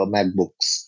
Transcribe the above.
MacBooks